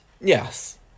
Yes